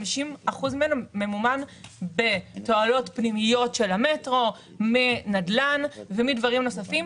50% ממנו ממומן בתועלות פנימיות של המטרו מנדל"ן ומדברים נוספים.